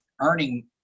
earning